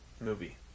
movie